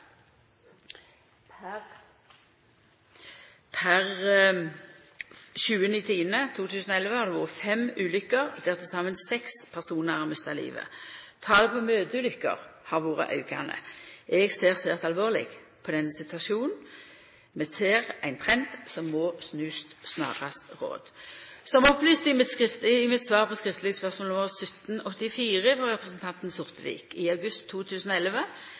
per 7. oktober 2011, har det vore fem ulukker der til saman seks personar har mista livet. Talet på møteulukker har vore aukande. Eg ser svært alvorleg på denne situasjonen. Vi ser ein trend som må snuast snarast råd. Som opplyst i mitt svar på skriftleg spørsmål nr. 1784, frå representanten Sortevik i august 2011,